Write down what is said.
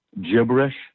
gibberish